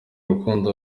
rukundo